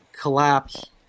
collapse